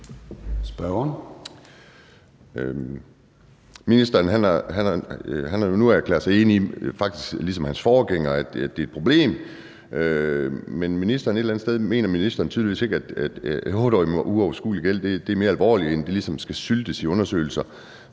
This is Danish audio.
Ministeren har nu erklæret sig enig i – faktisk ligesom hans forgænger – at det er et problem, men et eller andet sted mener ministeren tydeligvis ikke, at en 8-årig med en uoverskuelig gæld er mere alvorligt, end at det ligesom skal syltes i undersøgelser.